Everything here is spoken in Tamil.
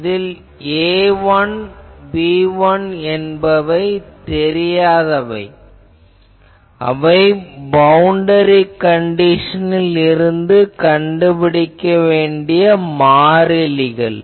இதில் A1 B1 என்பன தெரியாதவை அவை பவுண்டரி கண்டிஷனில் இருந்து கண்டுபிடிக்க வேண்டிய மாறிலிகள்